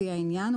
לפי העניין,